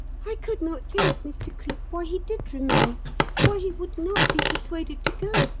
i could not think, mr. cleek, why he did remain why he would not be persuaded to go,